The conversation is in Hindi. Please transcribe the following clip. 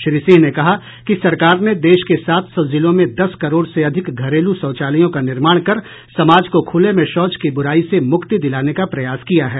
श्री सिंह ने कहा कि सरकार ने देश के सात सौ जिलों में दस करोड़ से अधिक घरेलू शौचालयों का निर्माण कर समाज को खूले में शौच की बूराई से मुक्ति दिलाने का प्रयास किया है